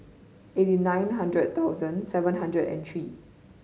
eighty nine hundred thousand seven hundred and three